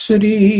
Sri